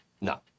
No